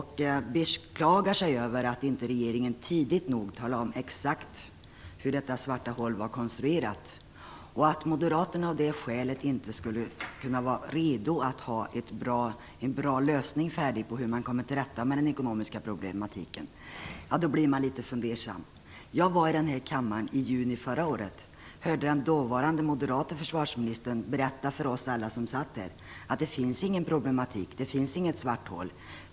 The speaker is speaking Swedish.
Han beklagade sig över att regeringen inte tidigt nog talade om exakt hur detta svarta hål var konstruerat. Han säger att Moderaterna av det skälet inte är redo för att presentera en bra lösning på den ekonomiska problematiken. Då blir man litet fundersam. Jag var i denna kammare i juni förra året och hörde den dåvarande moderate försvarsministern berätta för alla som satt här att det inte finns någon problematik och att det inte finns något svart hål.